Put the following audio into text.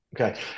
Okay